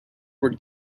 were